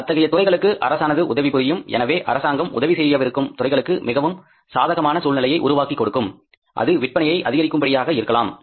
அத்தகைய துறைகளுக்கு அரசானது உதவி புரியும் எனவே அரசாங்கம் உதவி செய்யவிருக்கும் துறைகளுக்கு மிகவும் சாதகமான சூழ்நிலையை உருவாக்கி கொடுக்கும் அது விற்பனையை அதிகரிக்கும்படியாக இருக்கலாம்